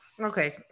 Okay